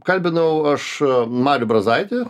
kalbinau aš marių brazaitį